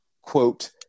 quote